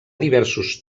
diversos